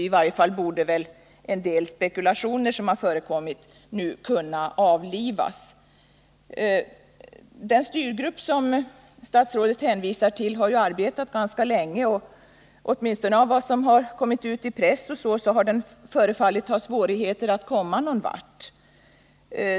I varje fall borde väl en del spekulation som har förekommit nu kunna avlivas. Den styrgrupp som statsrådet hänvisar till har ju arbetat ganska länge. Åtminstone enligt de uppgifter som man har kunnat se i pressen har den haft svårigheter att komma någon vart.